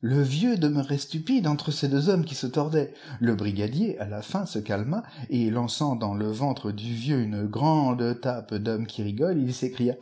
le vieux demeurait stupide entre ces deux hommes qui se tordaient le brigadier à la fin se calma et lançant dans le ventre du vieux une grande tape d'homme qui rigole il s'écria